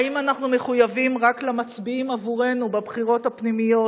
האם אנחנו מחויבים רק למצביעים עבורנו בבחירות הפנימיות,